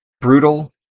brutal